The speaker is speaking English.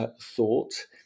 thought